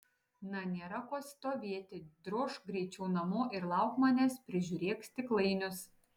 na nėra ko stovėti drožk greičiau namo ir lauk manęs prižiūrėk stiklainius